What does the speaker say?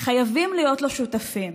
חייבים להיות לו שותפים.